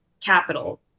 capital